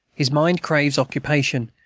his mind craves occupation,